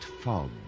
fog